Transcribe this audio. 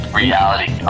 reality